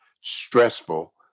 stressful